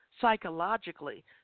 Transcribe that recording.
psychologically